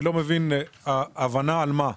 אני לא מבין הבנה על מה,